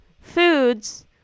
foods